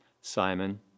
Simon